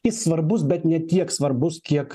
jis svarbus bet ne tiek svarbus kiek